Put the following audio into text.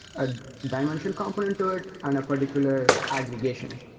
a dimension component to it and a particular aggregation.